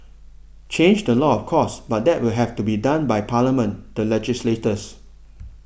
change the law of course but that will have to be done by Parliament the legislators